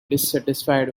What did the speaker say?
dissatisfied